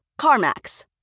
CarMax